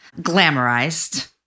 glamorized